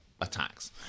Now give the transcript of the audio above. attacks